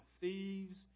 thieves